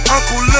Uncle